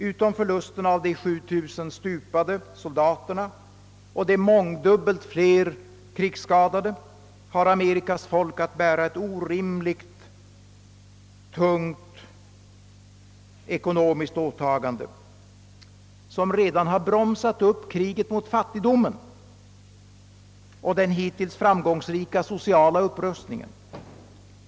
Utom förlusten av de 7 000 stupade soldaterna och mångdubbeli fler krigsskadade har Amerikas folk att bära en orimligt tung ekonomisk börda, som redan bromsat upp kriget mot fattigdomen och den hittills framgångsrika sociala upprustningen.